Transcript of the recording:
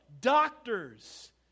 Doctors